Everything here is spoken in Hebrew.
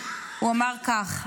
הוא אמר כך,